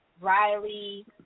Riley